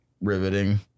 riveting